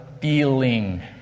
feeling